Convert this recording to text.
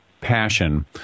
passion